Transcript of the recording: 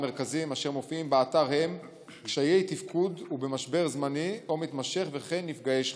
קשיי תפקוד ובמשבר זמני או מתמשך וכן נפגעי שכול.